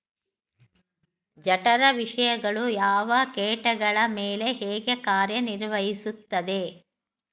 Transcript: ಜಠರ ವಿಷಯಗಳು ಯಾವ ಕೇಟಗಳ ಮೇಲೆ ಹೇಗೆ ಕಾರ್ಯ ನಿರ್ವಹಿಸುತ್ತದೆ?